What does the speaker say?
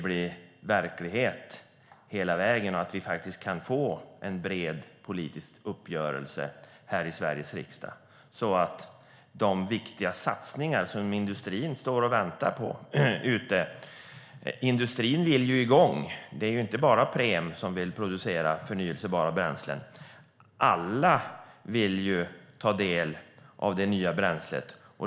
Vi behöver få en bred politisk uppgörelse här i Sveriges riksdag så att de viktiga satsningar som industrin står och väntar på kan bli verklighet. Industrin vill komma igång, och det är inte bara Preem som vill producera förnybara bränslen, utan alla vill ta del av det nya bränslet.